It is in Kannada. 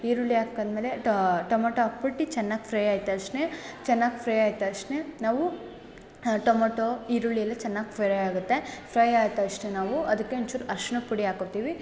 ಈರುಳ್ಳಿ ಹಾಕಾದ ಮೇಲೆ ಟಮೊಟೊ ಹಾಕ್ಬಿಟ್ಟಿ ಚೆನ್ನಾಗಿ ಫ್ರೈ ಆಗ್ ತಕ್ಷ್ಣ ಚೆನ್ನಾಗಿ ಫ್ರೈ ಆಗ್ ತಕ್ಷ್ಣ ನಾವು ಟೊಮೊಟೊ ಈರುಳ್ಳಿ ಎಲ್ಲ ಚೆನ್ನಾಗಿ ಫ್ರೈ ಆಗುತ್ತೆ ಫ್ರೈ ಆದ ತಕ್ಷ್ಣ ನಾವು ಅದಕ್ಕೆ ಒಂಚೂರು ಅರ್ಶ್ಣದ ಪುಡಿ ಹಾಕ್ಕೋತೀವಿ